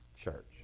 church